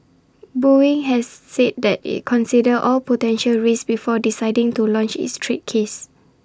boeing has said IT considered all potential risks before deciding to launch its trade case